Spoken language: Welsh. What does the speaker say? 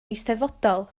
eisteddfodol